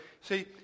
see